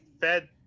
fed